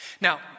Now